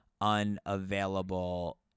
unavailable